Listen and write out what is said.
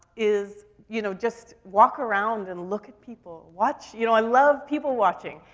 is, you know, just walk around and look at people. watch, you know, i love people watching.